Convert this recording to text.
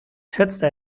schätzte